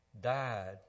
died